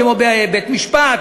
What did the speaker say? כמו בית-המשפט,